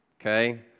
okay